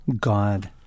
God